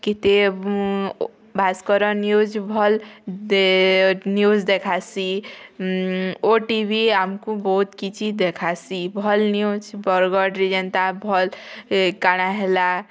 କେତେ ଭାସ୍କର ନ୍ୟୁଜ୍ ଭଲ୍ ଦେ ନ୍ୟୁଜ୍ ଦେଖାସି ଓଟିଭି ଆମ୍କୁ ବହୁତ୍ କିଛି ଦେଖାସି ଭଲ୍ ନ୍ୟୁଜ୍ ବରଗଡ଼୍ରେ ଯେନ୍ତା ଭଲ୍ କାଁଣା ହେଲା